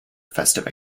festive